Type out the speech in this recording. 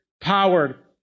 powered